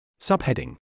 Subheading